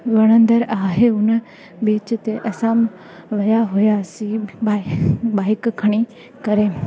वणंदरु आहे हुन बीच ते असां विया हुआसीं बाइक खणी करे